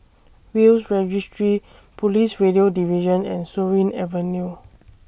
Will's Registry Police Radio Division and Surin Avenue